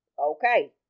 okay